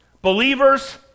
Believers